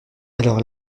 alors